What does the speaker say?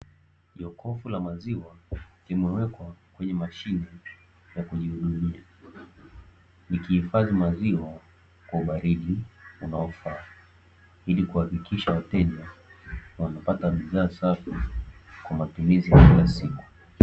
Jokofu la maziwa limewekwa kwenye mashine ya kujihudumia. Likihifadhi maziwa kwa ubaridi unaofaa ili kuhakikisha wateja wanapata bidhaa safi kwa matumizi ya kila siku.